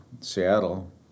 seattle